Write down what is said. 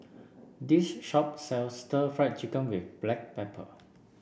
this shop sells Stir Fried Chicken with Black Pepper